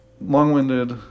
long-winded